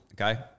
okay